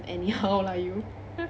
anyhow lah you